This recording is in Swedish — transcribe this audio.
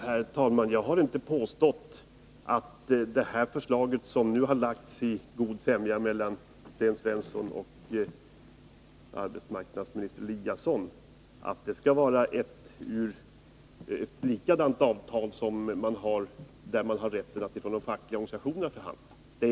Herr talman! Jag har inte påstått att det förslag som nu har framlagts i god sämja mellan Sten Svensson och arbetsmarknadsminister Ingemar Eliasson skulle vara ett likadant avtal som de avtal som träffas med de fackliga organisationerna.